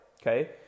okay